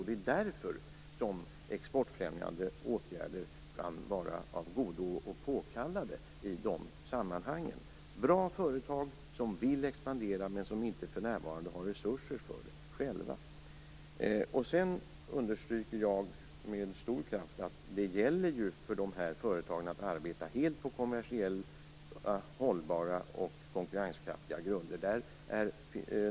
Det är därför som exportfrämjande åtgärder kan vara av godo och påkallade i de sammanhangen. Det rör sig om bra företag som vill expandera men som för närvarande inte har resurser för det. Slutligen vill jag med stor kraft understryka att det gäller för dessa företag att arbeta helt på kommersiella, hållbara och konkurrenskraftiga grunder.